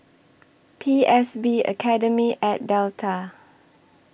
P S B Academy At Delta